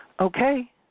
Okay